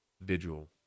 vigil